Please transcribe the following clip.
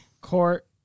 Court